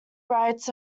writes